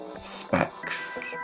specs